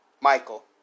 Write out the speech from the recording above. Michael